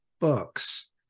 books